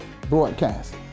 broadcast